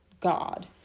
God